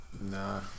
Nah